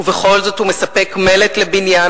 ובכל זאת הוא מספק מלט לבניין,